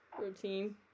Routine